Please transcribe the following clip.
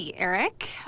Eric